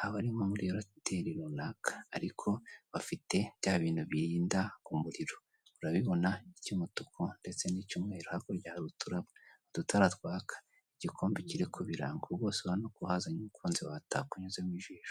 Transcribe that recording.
haba ari nko muri hoteri runaka, ariko bafite bya bintu birinda umuriro urabibona icy'umutuku ndetse n'icyumweru. Hakurya hari udutara twaka, igikombe kiri ku birango, rwose urabona ko uhazanye umukunzi wawe atakunyuzamo ijisho